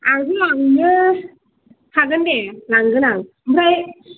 आंथ' लांनो हागोन दे लांगोन आं ओमफ्राय